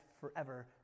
forever